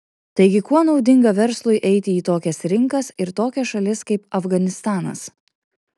taigi kuo naudinga verslui eiti į tokias rinkas ir tokias šalis kaip afganistanas